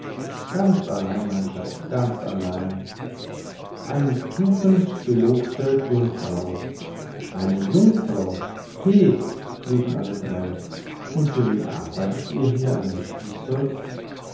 ganz allein mein schatz ganz allein eine tugendgelobte jungfrau eine jungfrau he riefen alle drei und für wen arbeitet ihr hier an dem spielzeug